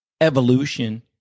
evolution